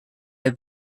have